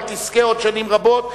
אבל תזכה עוד שנים רבות,